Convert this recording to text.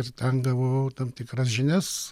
ir ten gavau tam tikras žinias